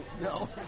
No